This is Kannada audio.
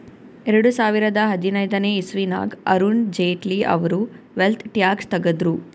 ಎರಡು ಸಾವಿರದಾ ಹದಿನೈದನೇ ಇಸವಿನಾಗ್ ಅರುಣ್ ಜೇಟ್ಲಿ ಅವ್ರು ವೆಲ್ತ್ ಟ್ಯಾಕ್ಸ್ ತಗುದ್ರು